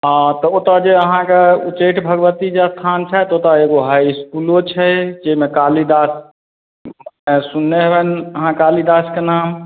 हँ तऽ ओतय जे अहाँके उच्चैठ भगवती जे स्थान छथि ओतय एगो हाई इसकुलो छै जाहिमे कालिदास सुनने हेबनि अहाँ कालिदासके नाम